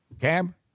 Cam